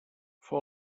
fou